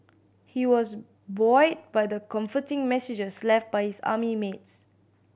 he was buoyed by the comforting messages left by his army mates